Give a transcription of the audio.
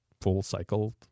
full-cycle